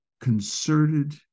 concerted